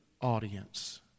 audience